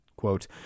quote